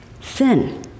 Sin